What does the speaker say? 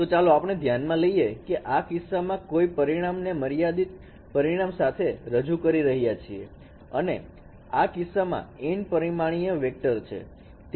તો ચાલો આપણે ધ્યાનમાં લઇએ કે આ કિસ્સામાં કોઈ પરિણામ ને મર્યાદિત પરિણામ સાથે રજુ કરી રહ્યા છીએ અને તે આ કિસ્સામાં n પરિમાણીય વેક્ટર છે